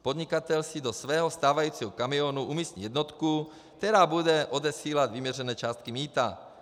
Podnikatel si do svého stávajícího kamionu umístí jednotku, která bude odesílat vyměřené částky mýta.